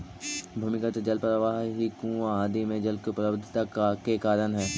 भूमिगत जल प्रवाह ही कुआँ आदि में जल के उपलब्धता के कारण हई